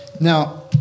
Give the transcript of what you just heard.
Now